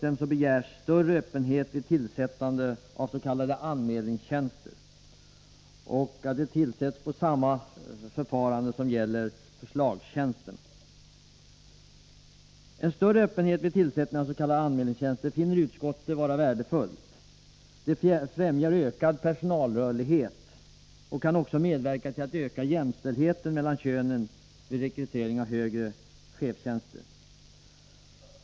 En större öppenhet vid tillsättningen av s.k. anmälningstjänster finner utskottet vara värdefull. Den främjar ökad personalrörlighet och kan också medverka till att öka jämställdheten mellan könen vid rekrytering till högre chefstjänster.